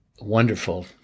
wonderful